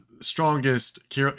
Strongest